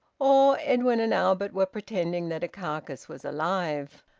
or edwin and albert were pretending that a carcass was alive.